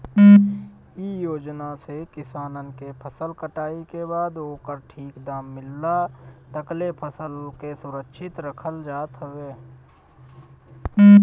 इ योजना से किसान के फसल कटाई के बाद ओकर ठीक दाम मिलला तकले फसल के सुरक्षित रखल जात हवे